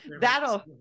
that'll